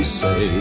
say